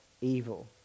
evil